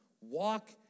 walk